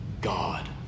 God